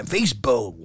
Facebook